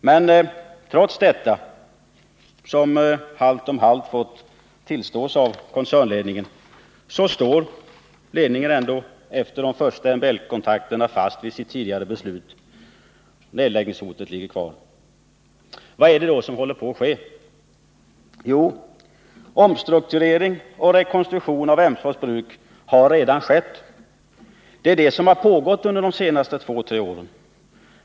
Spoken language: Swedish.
Men trots dessa konstateranden, som halvt om halvt måst tillstås av koncernledningen, står företagsledningen ändå efter de första MBL kontakterna fast vid sitt tidigare beslut — nedläggningshotet ligger kvar. Vad är det då som håller på att ske? Jo, omstrukturering och rekonstruktion av Emsfors bruk har redan skett. Det är detta som har pågått under de senaste två tre åren.